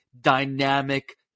dynamic